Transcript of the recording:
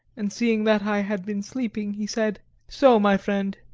and seeing that i had been sleeping, he said so, my friend,